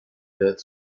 gehört